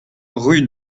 rue